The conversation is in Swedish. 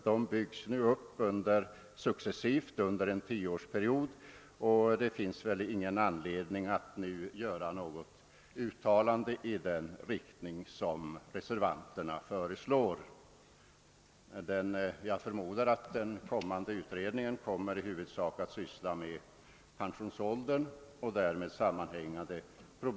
Dessa byggs nu upp successivt under en tioårsperiod, och det finns ingen anledning att göra något uttalande i den riktning som reservanterna föreslår. Jag förmodar att utredningen i huvudsak kommer att syssla med frågan om pensionsåldern och därmed sammanhängande problem.